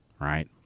right